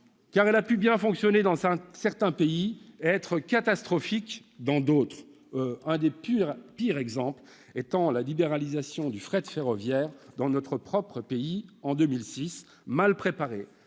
elle a pu bien fonctionner dans certains pays et être catastrophique dans d'autres, l'un des pires exemples étant la libéralisation du fret ferroviaire dans notre pays en 2006, mal préparée,